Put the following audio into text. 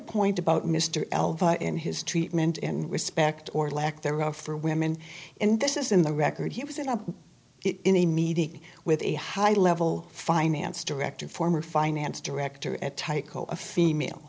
point about mr l in his treatment and respect or lack thereof for women and this is in the record he was set up in a meeting with a high level finance director former finance director at tyco a female